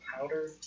powder